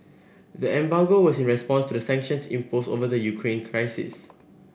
the embargo was in response to the sanctions imposed over the Ukraine crisis